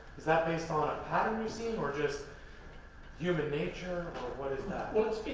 is that based on a pattern you've seen? or just human nature? or what is that? well,